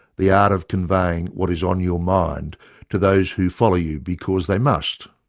the art of conveying what is on your mind to those who follow you because they must,